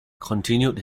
continued